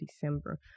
December